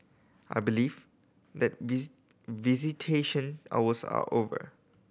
I believe that visitation hours are over